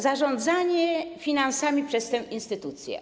Zarządzanie finansami przez tę instytucję.